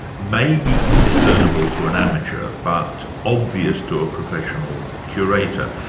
may be indiscernible to an amateur, but obvious to a professional curator,